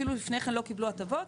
אפילו לפני לא קיבלו הטבות,